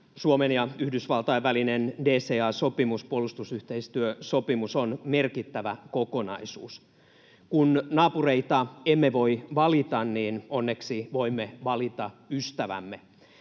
Suomen ja Yhdysvaltain välinen DCA-sopimus, puolustusyhteistyösopimus, on merkittävä kokonaisuus. Kun naapureita emme voi valita, niin onneksi voimme valita ystävämme.